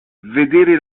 vedere